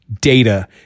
data